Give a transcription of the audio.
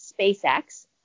SpaceX